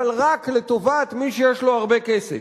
אבל רק לטובת מי שיש לו הרבה כסף.